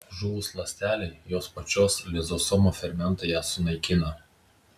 žuvus ląstelei jos pačios lizosomų fermentai ją sunaikina